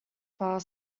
far